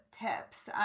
tips